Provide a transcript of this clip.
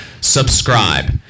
subscribe